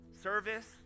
service